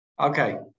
Okay